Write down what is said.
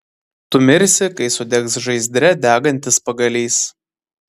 tu mirsi kai sudegs žaizdre degantis pagalys